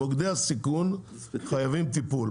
מוקדי הסיכון חייבים טיפול.